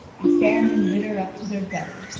and stand in litter up to their belly.